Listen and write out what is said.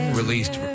released